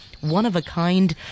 one-of-a-kind